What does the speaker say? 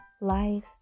life